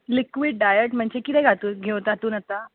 liquid diet म्हणजे कितें हातून घेवंक तातूंन आतां